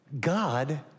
God